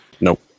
Nope